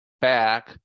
back